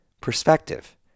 Perspective